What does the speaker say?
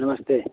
नमस्ते